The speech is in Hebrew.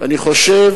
אני חושב